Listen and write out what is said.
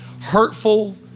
hurtful